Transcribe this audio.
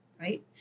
right